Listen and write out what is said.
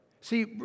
See